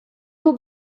nur